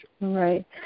Right